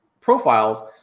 profiles